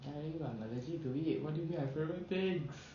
I already tell you I'm allergic to it what do you mean my favourite things